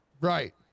Right